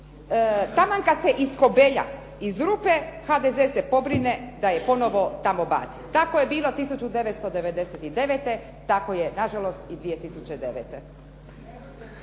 taman kada se iskobelja iz rupe, HDZ se pobrine da je ponovo tamo baci. Tako je bilo 1999. tako je na žalost i 2009.